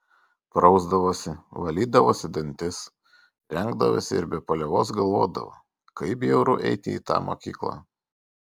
prausdavosi valydavosi dantis rengdavosi ir be paliovos galvodavo kaip bjauru eiti į tą mokyklą